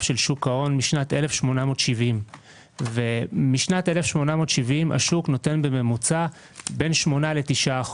משוק ההון משנת 1870. משנת 1870 השוק נותן בממוצע בין 8% ל-9%.